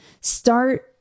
Start